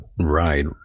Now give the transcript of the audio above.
Right